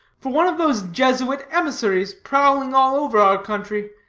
for one of those jesuit emissaries prowling all over our country.